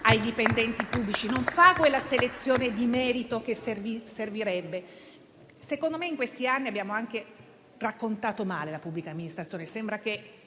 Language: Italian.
ai dipendenti pubblici, non fa la selezione di merito che servirebbe. Secondo me in questi anni abbiamo anche raccontato male la pubblica amministrazione.